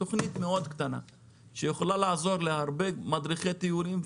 זאת תכנית קטנה מאוד שיכולה לעזור להרבה מדריכי טיולים,